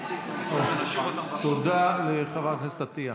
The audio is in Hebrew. תודה לחברת הכנסת עטייה.